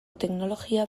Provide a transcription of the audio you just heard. teknologia